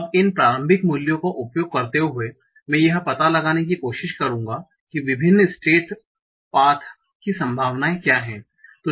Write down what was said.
अब इन प्रारंभिक मूल्यों का उपयोग करते हुए मैं यह पता लगाने की कोशिश करूंगा कि विभिन्न स्टेट पाथ की संभावनाएं क्या हैं